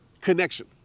connection